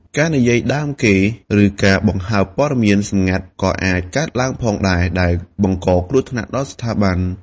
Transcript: ការនិយាយដើមគេ ឬការបង្ហើបព័ត៌មានសម្ងាត់ក៏អាចកើតឡើងផងដែរ ដែលបង្កគ្រោះថ្នាក់ដល់ស្ថាប័ន។